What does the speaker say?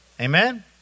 Amen